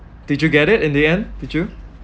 did you get it in the end did you